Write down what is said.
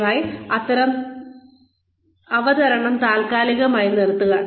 ദയവായി അവതരണം താൽക്കാലികമായി നിർത്തുക